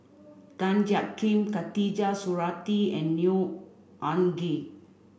Tan Jiak Kim Khatijah Surattee and Neo Anngee